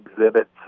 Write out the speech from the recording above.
exhibits